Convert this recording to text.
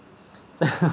so